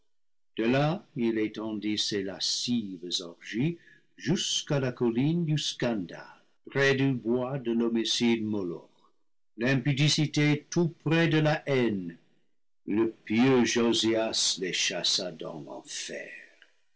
de îà il étendit ses lascives orgies jusqu'à la colline du scandale près du bois de l'homicide moloch l'impudicité tout près de la haine le pieux josias les chassa dans l'enfer